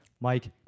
Mike